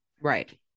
Right